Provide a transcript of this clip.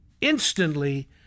instantly